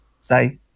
say